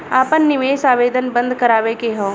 आपन निवेश आवेदन बन्द करावे के हौ?